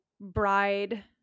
bride